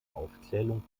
aufzählung